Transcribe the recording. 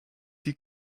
die